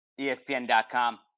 ESPN.com